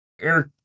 Eric